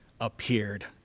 appeared